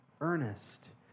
earnest